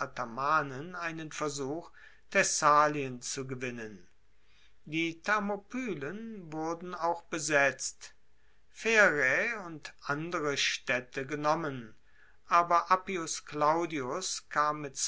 athamanen einen versuch thessalien zu gewinnen die thermopylen wurden auch besetzt pherae und andere staedte genommen aber appius claudius kam mit